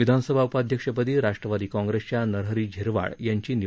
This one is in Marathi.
विधानसभा उपाध्यक्षपदी राष्ट्रवादी काँग्रेसच्या नरहरी झीरवाळ यांची निवड झाली आहे